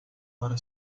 para